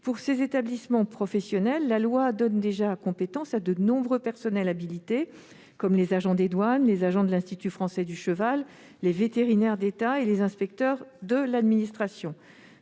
ces établissements professionnels, la loi donne déjà compétence à de nombreux personnels habilités, comme les agents des douanes, ceux de l'Institut français du cheval et de l'équitation (IFCE), les vétérinaires d'État et les inspecteurs de l'administration.